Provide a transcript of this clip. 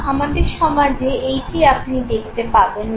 আমাদের সমাজে এইটি আপনি দেখতে পাবেন না